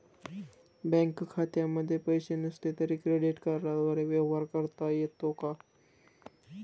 Bank खात्यामध्ये पैसे नसले तरी क्रेडिट कार्डद्वारे व्यवहार करता येतो का?